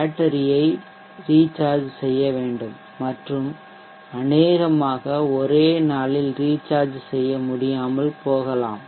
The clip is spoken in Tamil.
பேட்டரி ஐ ரீசார்ஜ் செய்ய வேண்டும் மற்றும் அநேகமாக ஒரே நாளில் ரீசார்ஜ் செய்ய முடியாமல் போகலாம்